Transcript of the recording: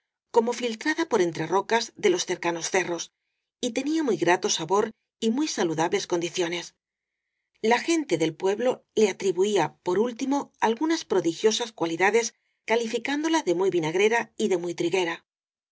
como filtrada por entre rocas de los cercanos cerros y tenía muy grato sabor y muy saludables condiciones la gen te del pueblo le atribuía por último algunas pro digiosas cualidades calificándola de muy vinagre ra y de muy triguera